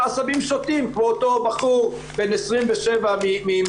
עשבים שוטים כמו אותו בחור בן 27 מחדרה,